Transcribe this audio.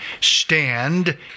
stand